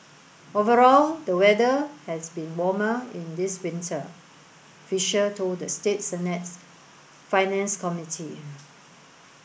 overall the weather has been warmer in this winter Fisher told the state Senate's finance committee